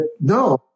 no